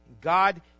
God